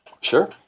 Sure